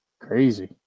Crazy